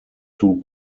two